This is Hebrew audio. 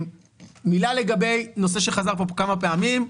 מילה לגבי נושא שחזר פה כמה פעמים,